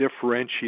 differentiate